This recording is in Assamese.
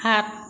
সাত